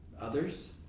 others